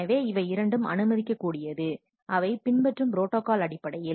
எனவே இவை இரண்டும் அனுமதிக்க கூடியது அவை பின்பற்றும் ப்ரோட்டோகால் அடிப்படையில்